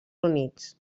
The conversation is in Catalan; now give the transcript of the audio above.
units